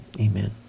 amen